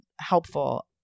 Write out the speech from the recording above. helpful